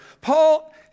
Paul